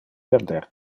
perder